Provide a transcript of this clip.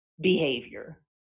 behavior